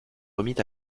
remit